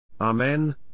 Amen